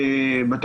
כן.